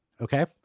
okay